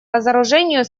разоружению